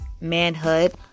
manhood